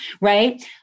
right